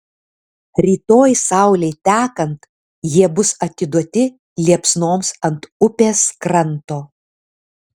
rytoj saulei tekant jie bus atiduoti liepsnoms ant upės kranto